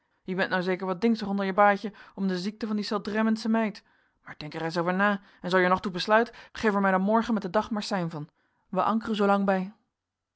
vracht je bent nou zeker wat dingsig onder je baaitje om de ziekte van die seldrementsche meid maar denk er reis over na en zoo je er nog toe besluit geef er mij dan morgen met den dag maar sein van wij ankeren zoolang bij